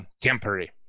temporary